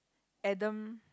Adam